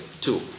two